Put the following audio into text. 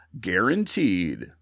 guaranteed